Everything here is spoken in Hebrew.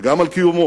וגם על קיומו,